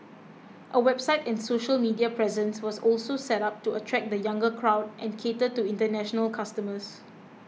a website and social media presence was also set up to attract the younger crowd and cater to international customers